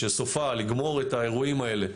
שסופה לגמור את האירועים האלה,